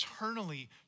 eternally